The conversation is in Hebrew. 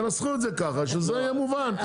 תנסחו את זה ככה שזה יהיה מובן.